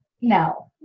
No